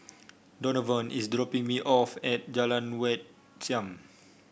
Donavon is dropping me off at Jalan Wat Siam